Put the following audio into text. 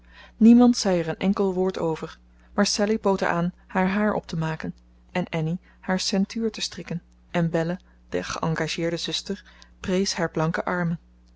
niemand zei er een enkel woord over maar sallie bood aan haar haar op te maken en annie haar ceintuur te strikken en belle de geëngageerde zuster prees haar blanke armen